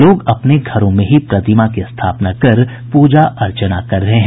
लोग अपने घरों में ही प्रतिमा की स्थापना कर पूजा अर्चना कर रहे हैं